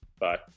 Bye